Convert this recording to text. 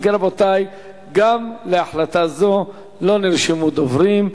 אם כן, רבותי, גם להחלטה זו לא נרשמו דוברים.